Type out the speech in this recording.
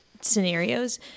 scenarios